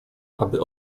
aby